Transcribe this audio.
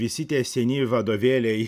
visi tie seni vadovėliai